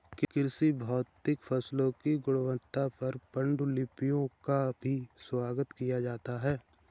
कृषि भौतिकी फसलों की गुणवत्ता पर पाण्डुलिपियों का भी स्वागत किया जाता है